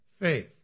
faith